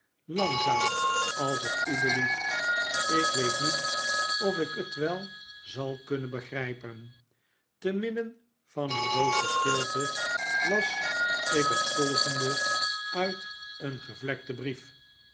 langzaam als het u belieft ik weet niet of ik het wel zal kunneri begrijpen temidden van een doodsche stilte las ik het volgende uit een gevlekten brief